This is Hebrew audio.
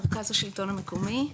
מרכז השילטון המקומי,